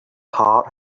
heart